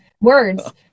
words